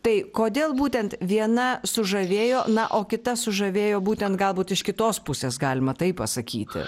tai kodėl būtent viena sužavėjo na o kita sužavėjo būtent galbūt iš kitos pusės galima taip pasakyti